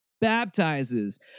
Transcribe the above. baptizes